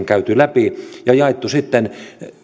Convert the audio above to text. käyty läpi ja jaettu sitten